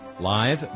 live